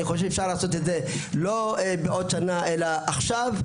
אפשר לעשות זאת לא עוד שנה אלא עכשיו.